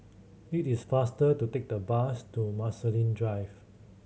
it is faster to take the bus to Marsiling Drive